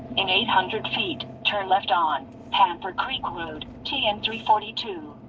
in eight hundred feet, turn left on panther creek road tn three forty two.